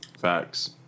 Facts